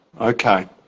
Okay